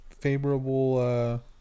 favorable